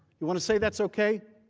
you want to say that's okay?